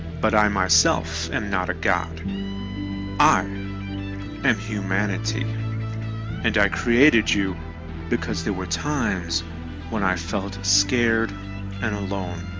but i myself am not a god i ah am humanity and i created you because there were times when i felt scared and alone